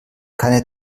keine